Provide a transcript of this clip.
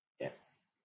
Yes